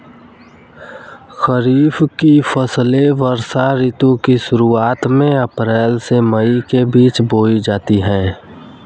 खरीफ की फसलें वर्षा ऋतु की शुरुआत में अप्रैल से मई के बीच बोई जाती हैं